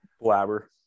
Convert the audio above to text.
Blabber